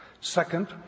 Second